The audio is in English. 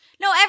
No